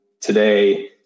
today